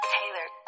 Taylor